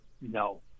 No